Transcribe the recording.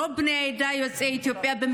רוב בני העדה, יוצאי אתיופיה,